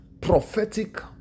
Prophetic